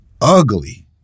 ugly